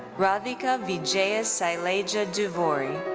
radhika vijaya sailaja duvvuri.